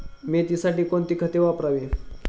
मेथीसाठी कोणती खते वापरावी?